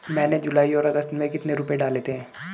मैंने जुलाई और अगस्त में कितने रुपये डाले थे?